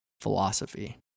philosophy